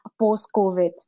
post-COVID